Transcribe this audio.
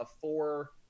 four